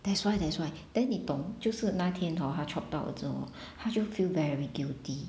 that's why that's why then 你懂就是那天 hor 她 chop 到了之后她就 feel very guilty